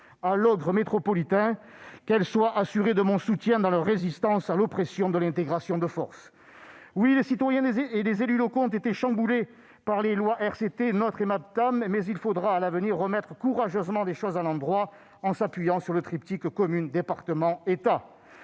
à l'ogre métropolitain ! Qu'elles soient assurées de mon soutien dans leur résistance à l'oppression et à l'intégration de force. Oui, les citoyens et les élus locaux ont été chamboulés par les lois RCT, NOTRe et Maptam, mais il faudra à l'avenir remettre courageusement les choses à l'endroit en s'appuyant sur le triptyque commune-département-État.